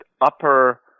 upper